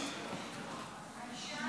כבוד היושב-ראש,